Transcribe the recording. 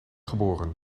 geboren